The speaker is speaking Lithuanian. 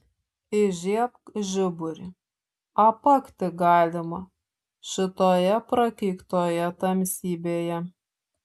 įžiebk žiburį apakti galima šitoje prakeiktoje tamsybėje